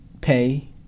pay